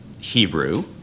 Hebrew